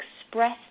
express